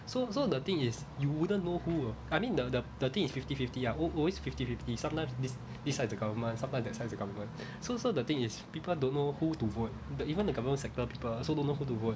so so the thing is you wouldn't know who will I mean the the thing is fifty fifty ah always fifty fifty sometimes this side is the government sometimes that side is the government so so the thing is people don't know who to vote the even the government sector people also don't know who to vote